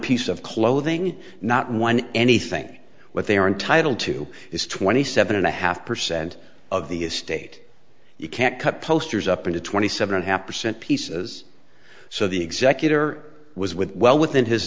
piece of clothing not one anything what they are entitled to is twenty seven and a half percent of the estate you can't cut posters up into twenty seven and half percent pieces so the executor was with well within his